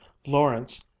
lawrence,